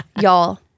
y'all